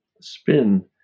spin